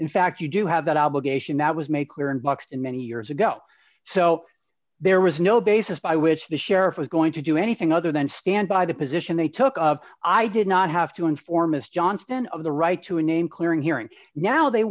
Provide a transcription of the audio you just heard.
in fact you do have that obligation that was made clear in buxton many years ago so there was no basis by which the sheriff was going to do anything other than stand by the position they took of i did not have to inform his johnston of the right to a name clearing hearing now they